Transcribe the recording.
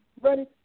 ready